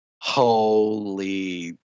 holy